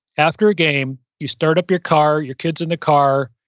after a game, you start up your car. your kid's in the car.